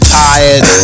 tired